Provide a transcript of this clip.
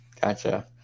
Gotcha